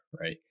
right